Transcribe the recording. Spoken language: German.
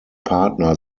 partner